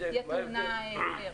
היא תהיה טעונה היתר.